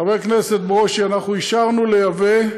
חבר הכנסת ברושי, אנחנו אישרנו לייבא,